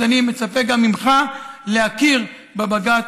אז אני מצפה גם ממך להכיר בבג"ץ,